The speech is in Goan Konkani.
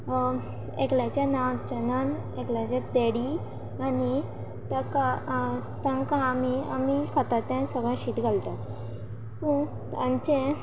एकल्याचें नांव चनन एकल्याचें तेडी आनी ताका तांकां आमी आमी खाता तें सगळें शीत घालतात पूण तांचें